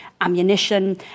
ammunition